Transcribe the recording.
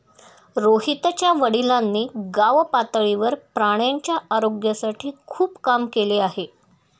रोहितच्या वडिलांनी गावपातळीवर प्राण्यांच्या आरोग्यासाठी खूप काम केले आहे